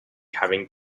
having